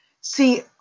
see